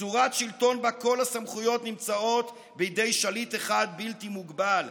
צורת שלטון שבה כל הסמכויות נמצאות בידי שליט אחד בלתי מוגבל,